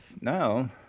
now